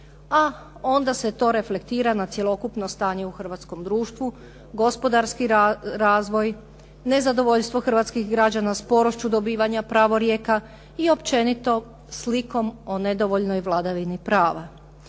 a onda se to reflektira na cjelokupno stanje u hrvatskom društvu, gospodarski razvoj, nezadovoljstvo hrvatskih građana, sporošću dobivanja pravorijeka i općenito slikom o nedovoljnoj vladavini prava.